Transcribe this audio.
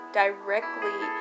directly